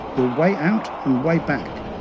your way out and way back,